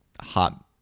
hot